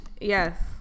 Yes